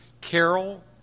Carol